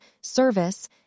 service